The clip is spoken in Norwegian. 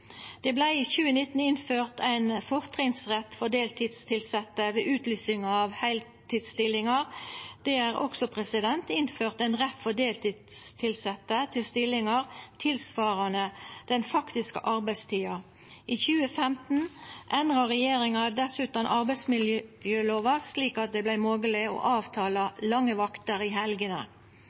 Det vart i 2019 innført ein fortrinnsrett for deltidstilsette ved utlysing av heiltidsstillingar. Det er også innført ein rett for deltidstilsette til stillingar tilsvarande den faktiske arbeidstida. I 2015 endra regjeringa dessutan arbeidsmiljølova, slik at det vart mogleg å avtala lange vakter i helgene.